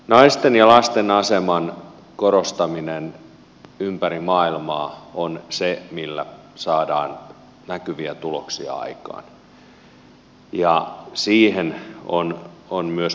naisten ja lasten aseman korostaminen ympäri maailmaa on se millä saadaan näkyviä tuloksia aikaan ja siihen on myös panostettava